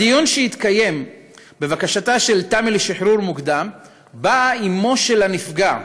בדיון שהתקיים בבקשתה של תמי לשחרור מוקדם באה אימו של הנפגע,